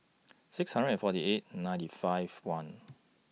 six hundred and forty eight ninety five one